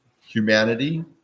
humanity